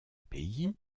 pays